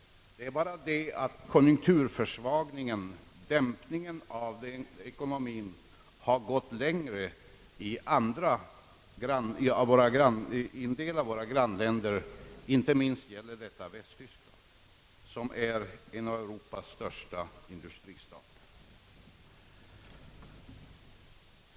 Konjunkturförsvagningen och dämpningen av ekonomien har för övrigt gått längre i en del av våra grannländer. Detta gäller inte minst Västtyskland som är en av Europas största industristater.